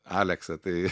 aleksa tai